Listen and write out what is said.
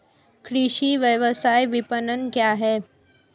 कृषि व्यवसाय विपणन क्या है?